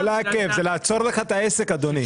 זה לא לעכב, זה לעצור לך את העסק אדוני.